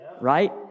right